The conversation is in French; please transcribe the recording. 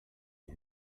est